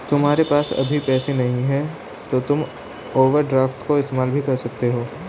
तुम्हारे पास अभी पैसे नहीं है तो तुम ओवरड्राफ्ट का इस्तेमाल भी कर सकते हो